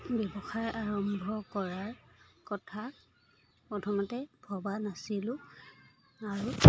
ব্যৱসায় আৰম্ভ কৰাৰ কথা প্ৰথমতে ভবা নাছিলো আৰু